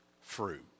fruit